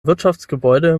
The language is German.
wirtschaftsgebäude